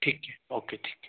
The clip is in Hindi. ठीक है ओके ठीक है